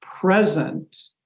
present